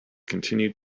continued